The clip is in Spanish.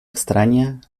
extraña